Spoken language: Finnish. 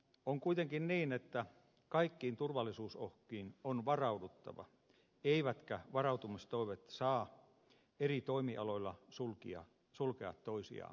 on kuitenkin niin että kaikkiin turvallisuusuhkiin on varauduttava eivätkä varautumistoiveet saa eri toimialoilla sulkea toisiaan pois